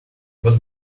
good